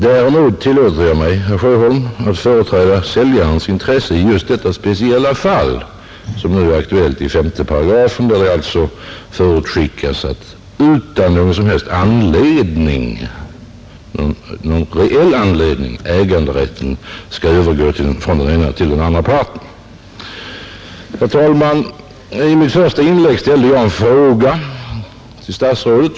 Däremot tillåter jag mig, herr Sjöholm, företräda säljarens intresse i det speciella fall som nu är aktuellt, dvs. i 5 §, där det förutsättes att äganderätten utan någon reell anledning skall övergå från den ena till den andra parten. I mitt första inlägg ställde jag en fråga till herr statsrådet.